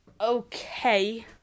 okay